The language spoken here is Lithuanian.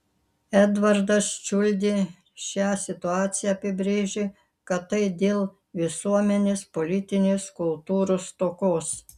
edvardas čiuldė šią situaciją apibrėžė kad tai dėl visuomenės politinės kultūros stokos